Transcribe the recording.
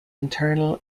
internal